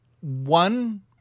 one